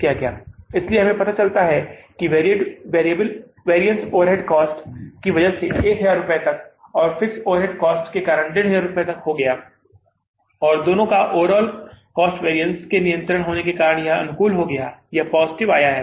इसलिए हमें पता चला कि यह वैरिअन्स ओवरहेड कॉस्ट की वजह से 1000 तक और फिक्स्ड ओवरहेड कॉस्ट के कारण 1500 तक हो गया है और दोनों के ओवरऑल कॉस्ट वैरिअन्स के नियंत्रण में होने के कारण यह अनुकूल हो गया है यह पॉजिटिव आया है